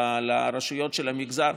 לרשויות של המגזר,